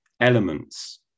elements